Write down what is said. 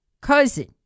cousin